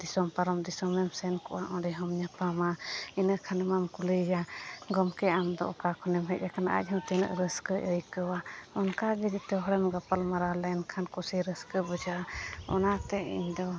ᱫᱤᱥᱚᱢ ᱯᱟᱨᱚᱢ ᱫᱤᱥᱚᱢᱮᱢ ᱥᱮᱱᱠᱚᱜᱼᱟ ᱚᱸᱰᱮᱦᱚᱸᱢ ᱧᱟᱯᱟᱢᱟ ᱤᱱᱟᱹᱠᱷᱟᱱᱢᱟᱢ ᱠᱩᱞᱤᱭᱮᱭᱟ ᱜᱚᱢᱠᱮ ᱟᱢᱫᱚ ᱚᱠᱟᱠᱷᱚᱱᱮᱢ ᱦᱮᱡ ᱟᱠᱟᱱᱟ ᱟᱡᱦᱚᱸ ᱛᱤᱱᱟᱹᱜ ᱨᱟᱹᱥᱠᱟᱹᱭ ᱟᱹᱭᱠᱟᱹᱣᱟ ᱚᱱᱠᱟᱜᱮ ᱡᱚᱛᱚᱦᱚᱲᱮᱢ ᱜᱟᱯᱟᱞ ᱢᱟᱨᱟᱣ ᱞᱮᱱᱠᱷᱟᱱ ᱠᱩᱥᱤ ᱨᱟᱹᱥᱠᱟᱹ ᱵᱩᱡᱷᱟᱹᱜᱼᱟ ᱚᱱᱟᱛᱮ ᱤᱧᱫᱚ